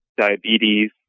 diabetes